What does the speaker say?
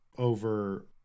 Over